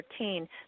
2013